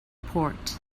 port